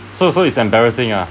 so so it's embarrassing uh